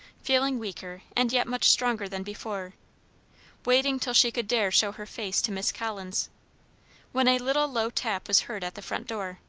feeling weaker and yet much stronger than before waiting till she could dare show her face to miss collins when a little low tap was heard at the front door.